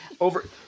Over